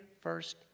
first